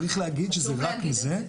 צריך להגיד שזה רק מזה.